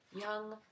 Young